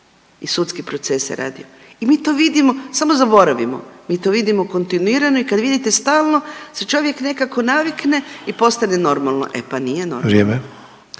i sudski proces se radio i mi to vidimo, samo zaboravimo, mi to vidimo kontinuirano i kad vidite stalno se čovjek nekako navikne i postane normalno, e pa nije normalno.